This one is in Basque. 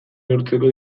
neurtzeko